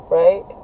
right